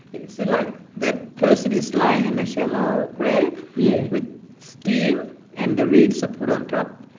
it's like that person is lying in a shallow grave yeah with steam and the reeds are put on top.